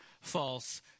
false